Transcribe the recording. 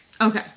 Okay